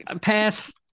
Pass